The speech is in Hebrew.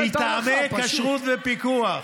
אבל מטעמי כשרות ופיקוח,